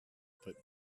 put